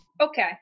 Okay